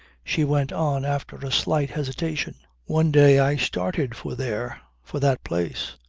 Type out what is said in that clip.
she went on after a slight hesitation one day i started for there, for that place.